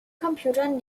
computern